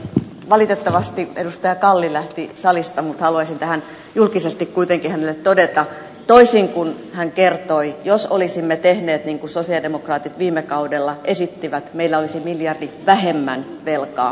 valitettavasti edustaja kalli lähti salista mutta haluaisin tähän julkisesti kuitenkin hänelle todeta toisin kuin hän kertoi että jos olisimme tehneet niin kuin sosialidemokraatit viime kaudella esittivät meillä olisi miljardi vähemmän velkaa